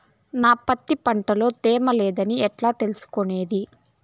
నా పత్తి పంట లో తేమ లేదని ఎట్లా తెలుసుకునేది?